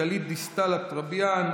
גלית דיסטל אטבריאן,